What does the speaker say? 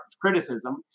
criticism